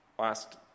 Last